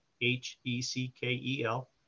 H-E-C-K-E-L